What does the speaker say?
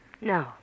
No